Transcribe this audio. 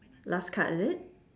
last card is it